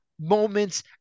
moments